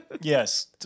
Yes